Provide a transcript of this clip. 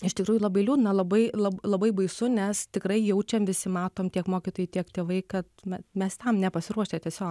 iš tikrųjų labai liūdna labai labai baisu nes tikrai jaučiam visi matom tiek mokytojai tiek tėvai kad mes tam nepasiruošę tiesiog